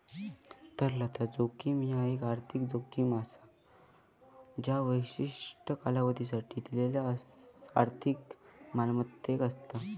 तरलता जोखीम ह्या एक आर्थिक जोखीम असा ज्या विशिष्ट कालावधीसाठी दिलेल्यो आर्थिक मालमत्तेक असता